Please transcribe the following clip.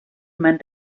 man